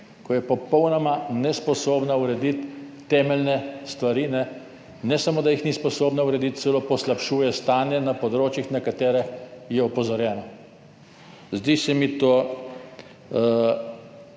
ko je popolnoma nesposobna urediti temeljne stvari. Ne samo, da jih ni sposobna urediti, celo poslabšuje stanje na področjih, na katere je bilo opozorjeno. To se mi